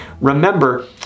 Remember